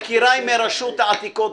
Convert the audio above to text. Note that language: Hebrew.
יקיריי מרשות העתיקות,